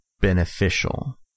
beneficial